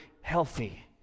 healthy